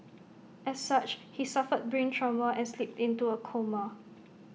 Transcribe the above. as such he suffered brain trauma and slipped into A coma